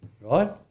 right